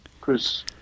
Chris